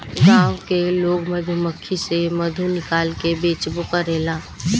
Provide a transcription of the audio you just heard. गाँव के लोग मधुमक्खी से मधु निकाल के बेचबो करेला